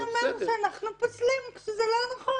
אתה עדיין אומר שאנחנו פוסלים, כשזה לא נכון.